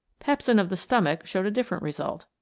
pepsin of the stomach showed a different result.